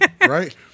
right